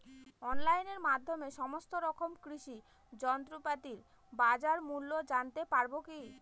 অনলাইনের মাধ্যমে সমস্ত রকম কৃষি যন্ত্রপাতির বাজার মূল্য জানতে পারবো কি?